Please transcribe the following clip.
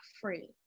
free